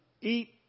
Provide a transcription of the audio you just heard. eat